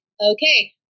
okay